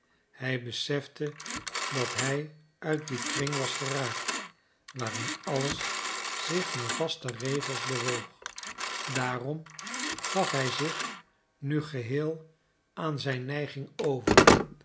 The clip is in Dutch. hij besefte dat hij uit dien kring was geraakt waarin alles zich naar vaste regels bewoog daarom gaf hij zich nu geheel aan zijn neiging over